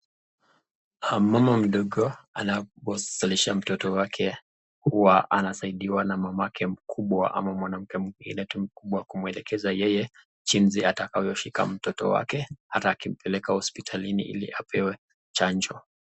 mama mdogo anaposelesha mtoto wake huwa anasidiwa na mamake mkubwa ama mwanamke mwingine tu wakumuelekeza yeye jinsi atakavyo shika mtoto wake atakimpeleka hosipitalini ili apewe chanjo.